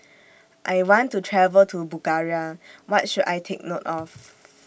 I want to travel to Bulgaria What should I Take note of